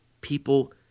people